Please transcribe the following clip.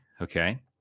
okay